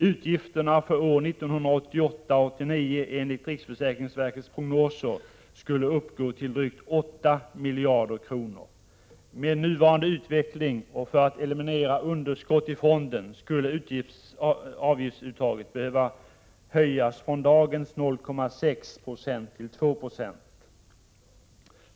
Utgifterna för år 1988-1989 enligt riksförsäkringsverkets prognoser skulle uppgå till drygt 8 miljarder kronor. Med nuvarande utveckling och för att eliminera underskott i fonden skulle avgiftsuttaget behöva höjas från dagens 0,6 96 till 2 70.